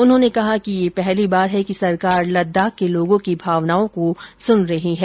उन्होंने कहा कि यह पहली बार है कि सरकार लद्दाख के लोगों की भावनाओं को सुन रही है